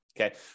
Okay